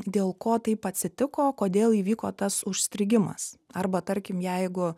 dėl ko taip atsitiko kodėl įvyko tas užstrigimas arba tarkim jeigu